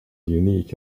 unique